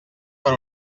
per